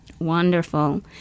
Wonderful